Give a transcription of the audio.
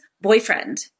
boyfriend